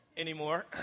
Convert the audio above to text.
anymore